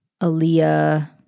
Aaliyah